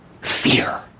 fear